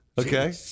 Okay